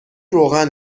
روغن